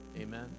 Amen